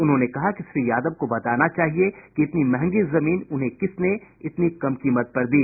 उन्होंने कहा कि श्री यादव को बताना चाहिए कि इतनी महंगी जमीन उन्हें किसने इतनी कम कीमत पर दी